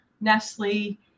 Nestle